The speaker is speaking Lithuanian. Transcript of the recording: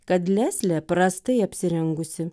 kad leslė prastai apsirengusi